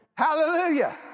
Hallelujah